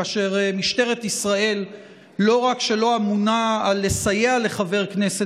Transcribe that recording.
כאשר משטרת ישראל שלא רק שהיא לא אמונה על לסייע לחבר כנסת